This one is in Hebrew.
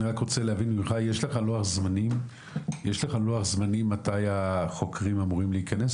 יש לך לוח זמנים מתי החוקרים אמורים להיכנס,